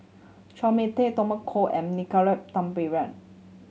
Chua Mia Tee Tommy Koh and Nicolette Teo